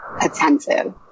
attentive